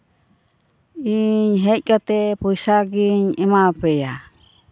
ᱤᱧ ᱦᱮᱡᱠᱟᱛᱮ ᱯᱚᱭᱥᱟᱜᱤᱧ ᱮᱢᱟᱣᱟᱯᱮᱭᱟ